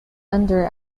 under